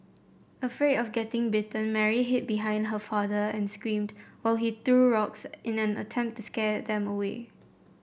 afraid of getting bitten Mary hid behind her father and screamed while he threw rocks in an attempt to scare them away